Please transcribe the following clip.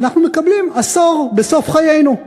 ואנחנו מקבלים עשור בסוף חיינו.